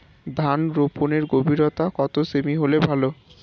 ধান রোপনের গভীরতা কত সেমি হলে ভালো?